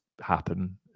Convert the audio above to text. happen